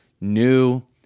new